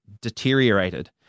deteriorated